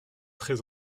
très